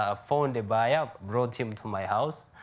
ah phoned a buyer, brought him to my house,